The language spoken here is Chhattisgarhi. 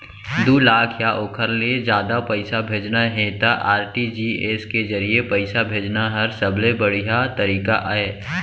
दू लाख या ओकर ले जादा पइसा भेजना हे त आर.टी.जी.एस के जरिए पइसा भेजना हर सबले बड़िहा तरीका अय